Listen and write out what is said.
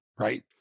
right